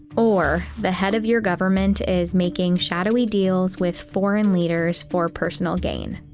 or, the head of your government is making shadowy deals with foreign leaders for personal gain.